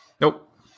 Nope